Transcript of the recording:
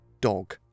dog